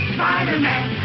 Spider-Man